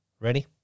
Ready